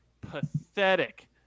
pathetic